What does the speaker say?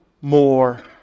more